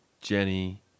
Jenny